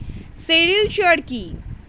Sericulture কি?